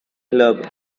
club